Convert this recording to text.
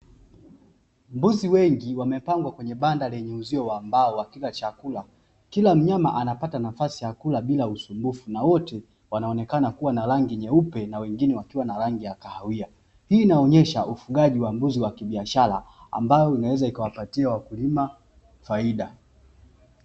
Mbuzi wengi wamepangwa kwenye banda lenye uzio wa mbao wakila chakula kila mnyama anapata nafasi ya kula bila usumbufu. na wote wanaonekana kuwa na rangi nyeupe na wengine wakiwa na rangi ya kahawia hii inaonyesha ufungaji wa mbuzi wa kibiashara ambayo inaweza ikawapatia wakulima faida.